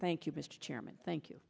thank you thank you